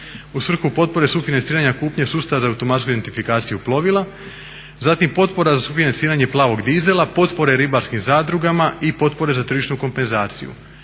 u svrhu potpore sufinanciranja kupnje sustava za automatsku identifikaciju plovila. Zatim potpora za sufinanciranje plavog dizela, potpore ribarskim zadrugama i potpore za tržišnu kompenzaciju.